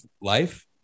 life